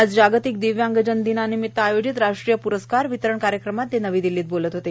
आज जागतिक दिव्यांगजन दिनानिमित आयोजित राष्ट्रीय प्रस्कार वितरण कार्यक्रमात ते नवी दिल्ली इथं बोलत होते